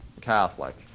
Catholic